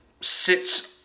sits